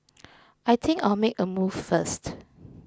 I think I'll make a move first